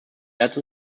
ehrt